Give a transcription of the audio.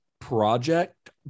project